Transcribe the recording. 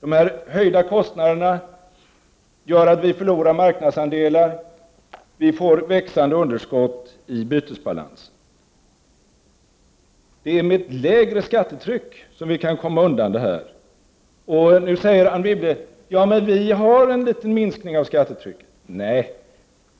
De här höjda kostnaderna gör att vi förlorar marknadsandelar. Vi får växande underskott i bytesbalansen. Med ett minskat skattetryck kan vi komma undan det här. Men nu säger Anne Wibble: Vi kan konstatera en liten minskning av skattetrycket. Nej, så är det inte.